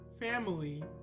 family